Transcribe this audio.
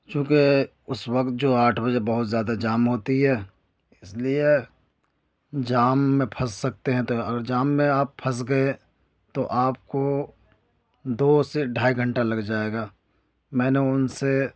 چونکہ اس وقت جو آٹھ بجے بہت زیادہ جام ہوتی ہے اس لیے جام میں پھنس سکتے ہیں تو اگر جام میں آپ پھنس گئے تو آپ کو دو سے ڈھائی گھنٹہ لگ جائے گا میں نے ان سے